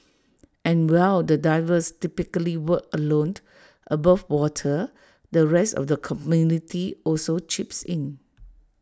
and while the divers typically work alone above water the rest of the community also chips in